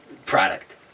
product